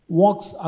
walks